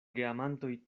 geamantoj